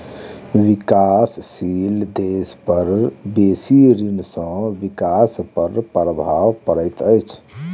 विकासशील देश पर बेसी ऋण सॅ विकास पर प्रभाव पड़ैत अछि